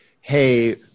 Hey